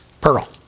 pearl